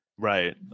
Right